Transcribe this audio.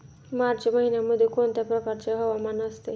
मार्च महिन्यामध्ये कोणत्या प्रकारचे हवामान असते?